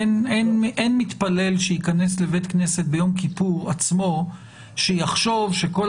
אין מתפלל שייכנס לבית כנסת ביום כיפור עצמו שיחשוב שכל